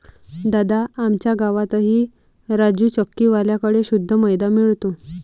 दादा, आमच्या गावातही राजू चक्की वाल्या कड़े शुद्ध मैदा मिळतो